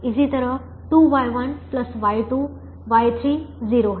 इसी तरह 2Y1 Y2 Y3 0 है v2 शून्य है